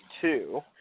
two